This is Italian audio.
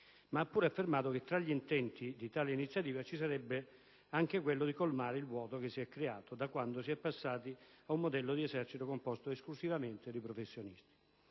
ma ha pure affermato che tra gli intenti di tale iniziativa ci sarebbe anche quello di colmare il vuoto che si è creato da quando si è passati ad un modello di esercito composto esclusivamente di professionisti.